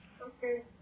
Okay